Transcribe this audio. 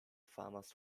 farmers